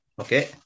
Okay